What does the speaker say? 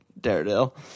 Daredevil